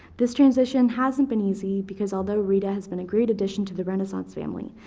this transition hasn't been easy because, although rita has been a great addition to the renaissance family,